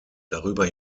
darüber